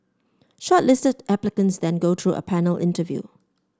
shortlisted applicants then go through a panel interview